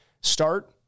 Start